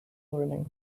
learning